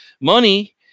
Money